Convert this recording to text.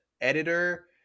editor